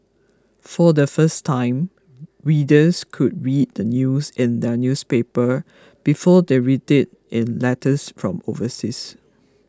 for the first time readers could read the news in their newspaper before they read it in letters from overseas